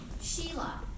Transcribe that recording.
Sheila